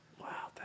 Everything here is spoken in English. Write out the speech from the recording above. Wow